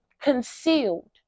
concealed